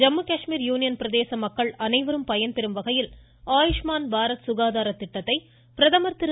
Jammu Kashmir union பிரதேச மக்கள் அனைவரும் பயன்பெறும் வகையில் ஆயுஷ்மான் பாரத் சுகாதாரத் திட்டத்தை பிரதமர் திரு